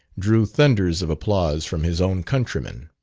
drew thunders of applause from his own countrymen.